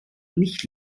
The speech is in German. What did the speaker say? nicht